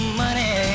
money